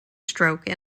stroke